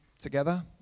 together